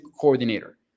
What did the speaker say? coordinator